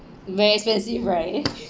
very expensive right